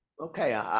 Okay